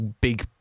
big